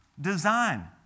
design